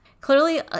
Clearly